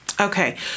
okay